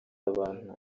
abantu